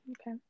Okay